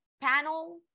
panel